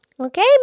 Okay